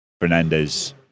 Fernandez